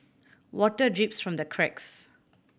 water drips from the cracks